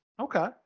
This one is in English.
Okay